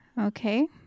Okay